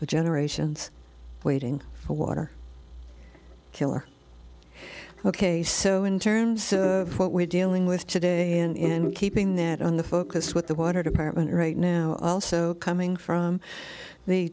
for generations waiting for water killer ok so in terms of what we're dealing with today and keeping that on the focus with the water department right now also coming from the